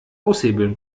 aushebeln